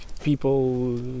people